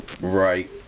right